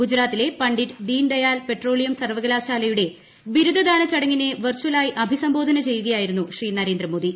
ഗുജറാത്തിലെ പണ്ഡിറ്റ് ദീൻദയാൽ പെട്രോളിയം സർവകലാശാലയുടെ ബിരുദദാന ചടങ്ങിനെ വെർചലായി അഭിസംബോധന ചെയ്യുകയായിരുന്നു നരേന്ദ്രമോദി